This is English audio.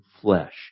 flesh